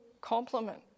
compliment